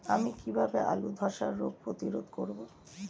আমি কিভাবে আলুর ধ্বসা রোগ প্রতিরোধ করব?